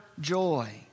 joy